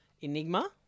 Enigma